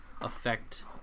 affect